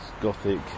gothic